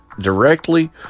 directly